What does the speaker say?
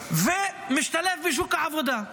ומשתלב בשוק העבודה.